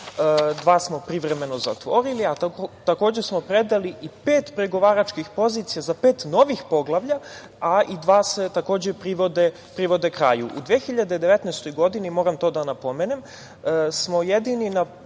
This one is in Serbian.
dva smo privremeno zatvorili, a takođe smo predali i pet pregovaračkih pozicija za pet novih poglavlja, a dva se privode kraju. U 2019. godini, moram to da napomenem, smo jedini na